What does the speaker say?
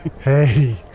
hey